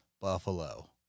buffalo